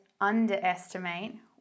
underestimate